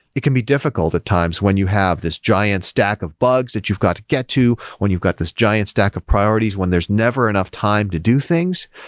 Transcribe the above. it can be difficult at times when you have these giant stack of bugs that you've got to get to, when you've got this giant stack of priorities when there's never enough time to do things.